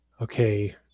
okay